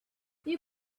you